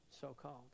so-called